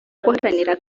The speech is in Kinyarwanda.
guharanira